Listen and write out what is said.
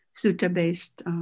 sutta-based